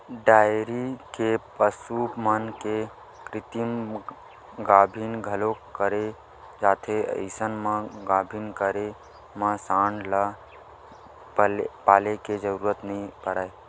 dairy के पसु मन के कृतिम गाभिन घलोक करे जाथे अइसन म गाभिन करे म सांड ल पाले के जरूरत नइ परय